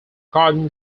garden